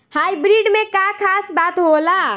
Hybrid में का खास बात होला?